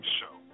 show